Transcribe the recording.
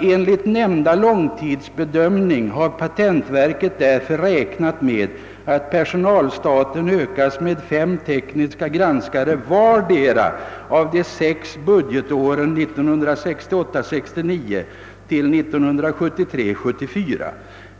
»Enligt nämnda långtidsbedömning har patentverket därför räknat med att personalstaten ökas med 5 tekniska granskare vartdera av de sex budgetåren 1968 74.